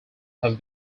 have